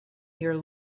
your